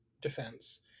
defense